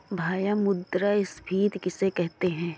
भैया मुद्रा स्फ़ीति किसे कहते हैं?